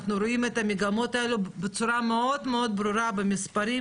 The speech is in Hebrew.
אנחנו רואים את המגמות האלה בצורה מאוד מאוד ברורה במספרים,